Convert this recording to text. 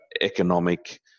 economic